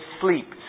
sleep